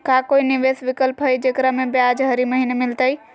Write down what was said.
का कोई निवेस विकल्प हई, जेकरा में ब्याज हरी महीने मिलतई?